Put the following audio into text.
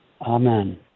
Amen